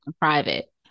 private